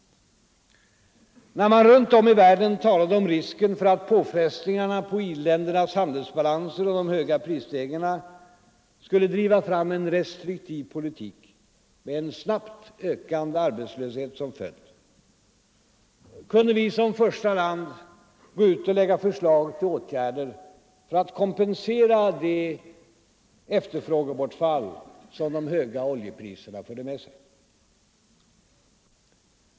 När man runt om i världen talade om risken för att påfrestningen på i-ländernas handelsbalanser och de höga prisstegringarna skulle driva fram en restriktiv politik med en snabbt ökande arbetslöshet som följd, kunde vi som första land gå ut och lägga förslag till åtgärder för att kompensera det efterfrågebortfall som de höga oljepriserna medförde.